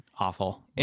awful